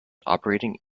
operating